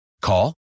Call